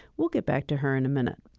we'll get back to her in a minute.